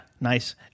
nice